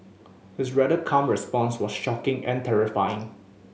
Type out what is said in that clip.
his rather calm response was shocking and terrifying